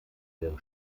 wäre